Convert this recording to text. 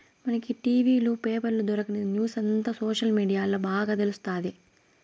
మనకి టి.వీ లు, పేపర్ల దొరకని న్యూసంతా సోషల్ మీడియాల్ల బాగా తెలుస్తాది